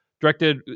directed